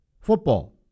Football